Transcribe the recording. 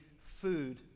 food